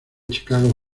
chicago